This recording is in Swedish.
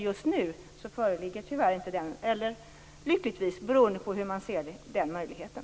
Just nu föreligger tyvärr inte någon sådan - eller lyckligtvis, beroende på hur man ser på den möjligheten.